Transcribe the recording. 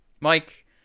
Mike